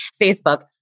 Facebook